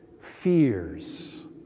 fears